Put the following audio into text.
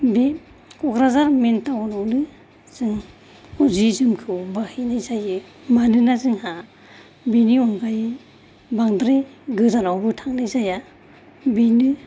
बे क'क्राझार मेन टाउनावनो जों जि जोमखौ बायहैनाय जायो मानोन जोंहा बिनि अनगायै बांद्राय गोजानावबो थांनाय जाया बेनो